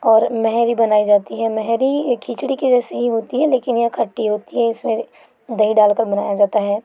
और मैहरी बनाई जाती है मैहरी एक खिचड़ी के जैसी ही होती है लेकिन यह खट्टी होती है इसमें दही डालकर बनाया जाता है